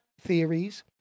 theories